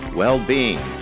well-being